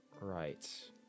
Right